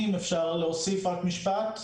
אם אפשר להוסיף משפט,